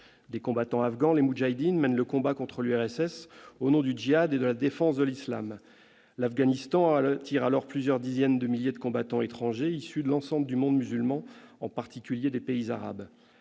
Des combattants afghans, les moudjahidines, mènent le combat contre l'URSS au nom du djihad et de la défense de l'islam. L'Afghanistan attire alors plusieurs dizaines de milliers de combattants étrangers issus de l'ensemble du monde musulman, en particulier des pays arabes.